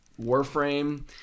Warframe